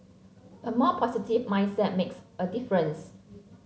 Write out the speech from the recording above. a more positive mindset makes a difference